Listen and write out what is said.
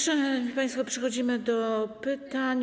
Szanowni państwo, przechodzimy do pytań.